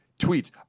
tweets